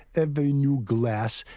every new glass,